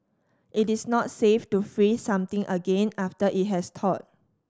it is not safe to freeze something again after it has thawed